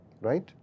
right